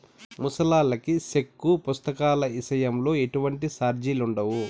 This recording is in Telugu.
ముసలాల్లకి సెక్కు పుస్తకాల ఇసయంలో ఎటువంటి సార్జిలుండవు